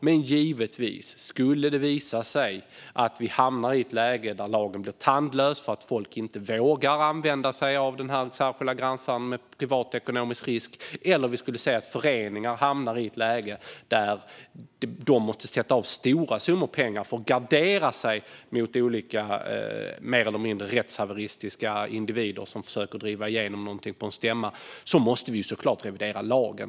Men skulle det visa sig att vi hamnar i ett läge där lagen blir tandlös och folk med privatekonomisk risk inte vågar använda sig av den särskilda granskaren eller där föreningar måste sätta av stora summor pengar för att gardera sig mot olika mer eller mindre rättshaveristiska individer som försöker driva igenom något på en stämma måste vi givetvis revidera lagen.